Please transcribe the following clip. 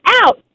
out